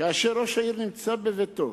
כאשר ראש העיר נמצא בביתו